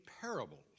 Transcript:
parables